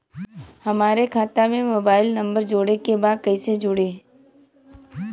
हमारे खाता मे मोबाइल नम्बर जोड़े के बा कैसे जुड़ी?